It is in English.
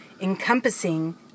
encompassing